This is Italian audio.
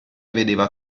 vedeva